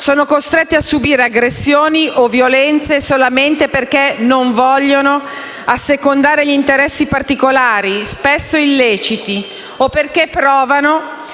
sono costretti a subire aggressioni o violenze solamente perché non vogliono assecondare gli interessi particolari, spesso illeciti, o perché provano